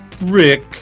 Rick